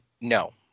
No